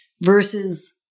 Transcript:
versus